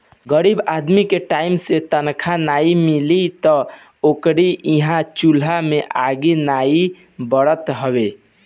गरीब आदमी के टाइम से तनखा नाइ मिली तअ ओकरी इहां चुला में आगि नाइ बरत हवे